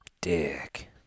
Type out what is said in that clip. Dick